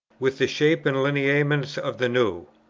with the shape and lineaments of the new.